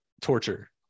torture